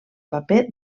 paper